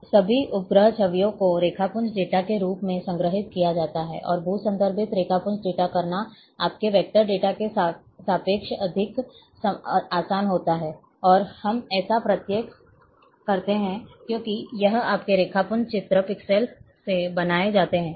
सभी उपग्रह छवियों को रेखापुंज डेटा के रूप में संग्रहीत किया जाता है और भू संदर्भित रेखापुंज डेटा करना आपके वेक्टर डेटा के सापेक्ष अधिक आसान होता है और हम ऐसा प्रत्येक करते हैं क्योंकि यह आपके रेखापुंज चित्र पिक्सेल से बनाए जाते हैं